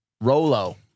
Rolo